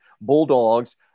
Bulldogs